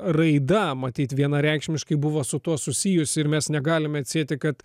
raida matyt vienareikšmiškai buvo su tuo susijusi ir mes negalime atsieti kad